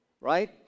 right